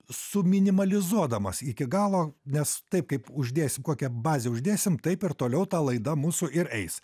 suminimalizuodamas iki galo nes taip kaip uždėsim kokią bazę uždėsim taip ir toliau ta laida mūsų ir eis